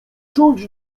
czuć